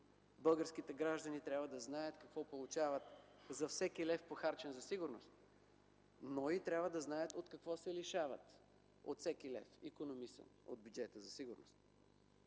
Българските граждани трябва да знаят какво получават за всеки лев, похарчен за сигурност, но и трябва да знаят от какво се лишават при всеки лев, икономисан от бюджета за сигурност.